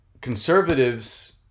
conservatives